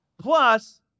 Plus